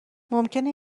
ممکنه